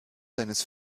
seines